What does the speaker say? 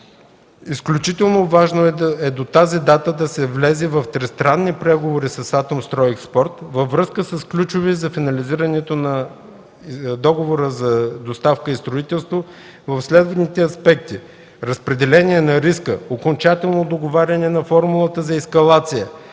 Изключително важно е до тази дата да се влезе в тристранни преговори с „Атомстройекспорт” във връзка с ключови за финализирането на Договора за доставка и строителство в следните аспекти: разпределение на риска, окончателно договаряне на формулата за ескалация,